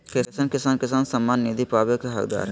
कईसन किसान किसान सम्मान निधि पावे के हकदार हय?